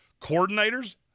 Coordinators